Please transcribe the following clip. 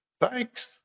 Thanks